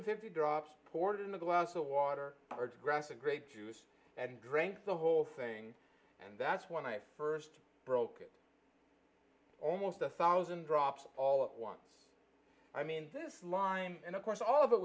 hundred fifty drops poured in a glass of water or aggressive grape juice and drank the whole thing and that's when i first broke it almost a thousand drops all at once i mean this line and of course all of it